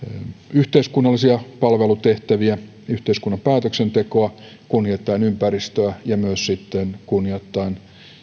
yhteiskunnallisia palvelutehtäviä yhteiskunnan päätöksentekoa kunnioittaen ympäristöä ja myös kunnioittaen